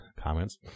comments